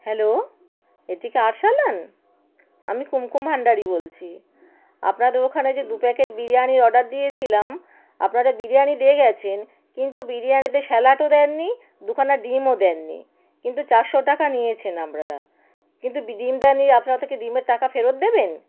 hello এটি কি আরসালান আমি কুমকুম ভান্ডারি বলছি আপনাদের ওখানে যে দু প্যাকেট বিরিয়ানির অর্ডার দিয়েছিলাম আপনারা বিরিয়ানি দিয়ে গিয়েছেন কিন্তু বিরিয়ানিতে স্যালাডও দেননি দুখানা ডিমও দেননি কিন্তু চারশো টাকা নিয়েছেন আপনারা কিন্তু ডিম দেননি আপনারা তো কি ডিমের টাকা ফেরত দেবেন